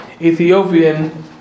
Ethiopian